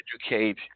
educate